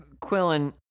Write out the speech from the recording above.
Quillen